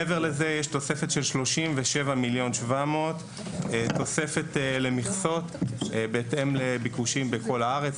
מעבר לזה יש תוספת של 37,700,000 תוספת למכסות בהתאם לביקושים בכל הארץ.